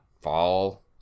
fall